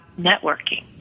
networking